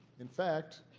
in fact,